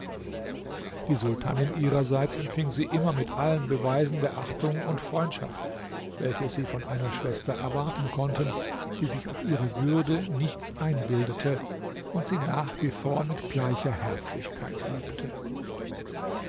die sultanin ihrerseits empfing sie immer mit allen beweisen der achtung und freundschaft welche sie von einer schwester erwarten konnten die sich auf ihre würde nichts einbildete und sie nach wie vor mit gleicher herzlichkeit liebte